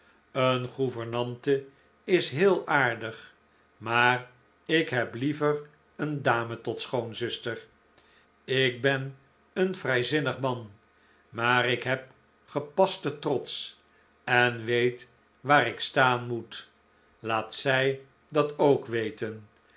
een gouvernante is heel aardig maar ik heb liever een dame tot schoonzuster ik ben een vrijzinnig man maar ik heb gepasten trots en weetwaarik staan moet laat zij dat ook weten